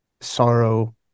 sorrow